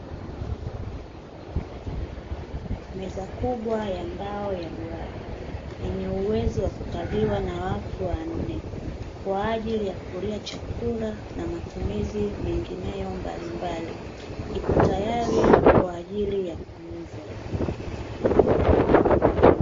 Meza kubwa ya mbao ya duara yenye uwezo wa kukaliwa na watu wanne kwaajili ya matumizi mbalimbali ipo tayari kwaajili ya kuuzwa